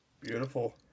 Beautiful